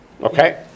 Okay